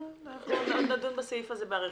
אנחנו עוד נדון בסעיף הזה עוד באריכות,